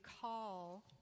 call